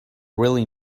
really